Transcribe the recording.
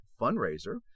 fundraiser